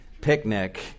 picnic